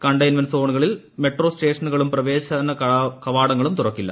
containment സോണുകളിൽ metro സ്റ്റേഷനുകളും പ്രവേശന കവാടങ്ങളും തുറക്കില്ല